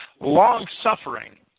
long-suffering